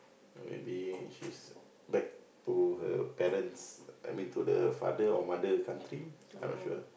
will be she's back to her brother I mean to the father or mother country I'm not sure